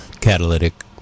catalytic